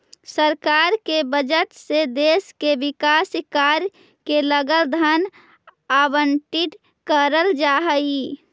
सरकार के बजट से देश के विकास कार्य के लगल धन आवंटित करल जा हई